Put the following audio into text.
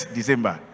December